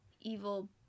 evil